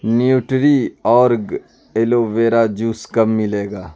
nutri org aloe vera juice کب ملے گا